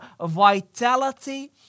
vitality